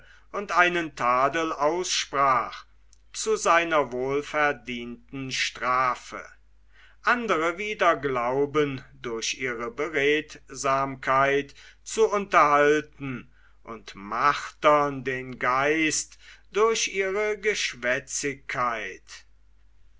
und einen tadel aussprach zu seiner wohlverdienten strafe andre wieder glauben durch ihre beredsamkeit zu unterhalten und martern den geist durch ihre